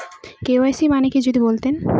KYC মানে কি যদি বলতেন?